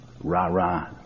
rah-rah